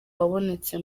wabonetse